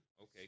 Okay